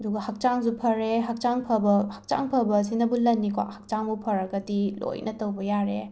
ꯑꯗꯨꯒ ꯍꯛꯆꯥꯡꯁꯨ ꯐꯔꯦ ꯍꯛꯆꯥꯡ ꯐꯕ ꯍꯛꯆꯥꯡ ꯐꯕꯁꯤꯅꯕꯨ ꯂꯟꯅꯤꯀꯣ ꯍꯛꯆꯥꯡꯕꯨ ꯐꯔꯒꯗꯤ ꯂꯣꯏꯅ ꯇꯧꯕ ꯌꯥꯔꯦ